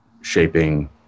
shaping